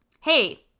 hey